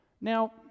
Now